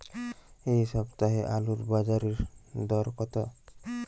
এ সপ্তাহে আলুর বাজারে দর কত?